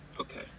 Okay